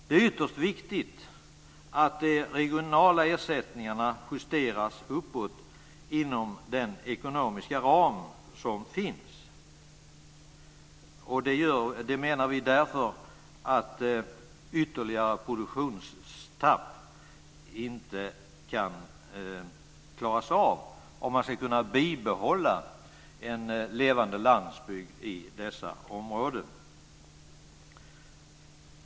Det är ytterst viktigt att de regionala ersättningarna justeras uppåt inom den ekonomiska ram som finns. Vi menar att ytterligare produktionstapp inte kan klaras av om man ska kunna behålla en levande landsbygd i dessa områden.